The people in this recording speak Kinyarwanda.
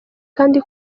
kandi